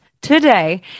today